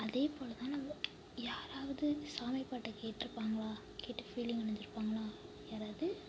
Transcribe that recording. அதேபோலத்தான் நம்ம யாராவது சாமி பாட்டு கேட்டுருப்பாங்களா கேட்டு ஃபீலிங்கானது இருப்பாங்களா யாராவது